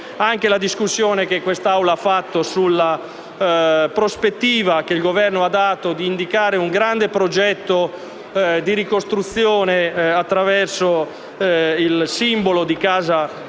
anche la discussione tenutasi in quest'Assemblea sulla prospettiva, che il Governo ha dato, di indicare un grande progetto di ricostruzione attraverso il simbolo di Casa Italia.